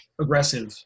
aggressive